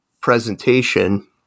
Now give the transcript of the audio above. presentation